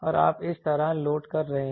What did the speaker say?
और आप इस तरह लोड कर रहे हैं